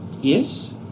Yes